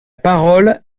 parole